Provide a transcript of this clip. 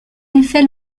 effet